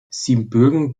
siebenbürgen